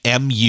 MU